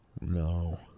No